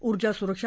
ऊर्जा सुरक्षा